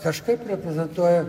kažkaip reprezentuoja